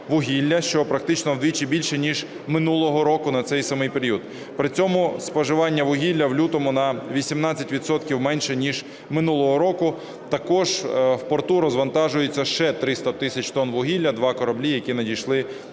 вугілля, що практично вдвічі більше ніж минулого року на цей самий період. При цьому споживання вугілля в лютому на 18 відсотків, менше ніж минулого року. Також у порту розвантажується ще 300 тисяч тонн вугілля, два кораблі, які надійшли ближчі